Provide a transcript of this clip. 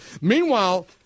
Meanwhile